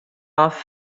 off